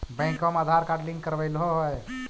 बैंकवा मे Aadhaar card link करवैलहो है?